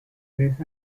tres